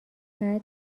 بعد